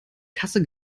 kasse